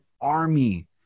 army